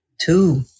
two